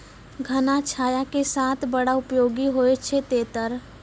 घना छाया के साथ साथ बड़ा उपयोगी होय छै तेतर